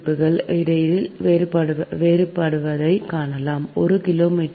26 க்கு இடையில் வேறுபடுவதைக் காணலாம் ஒரு கிலோமீட்டருக்கு 0